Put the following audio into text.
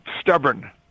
stubborn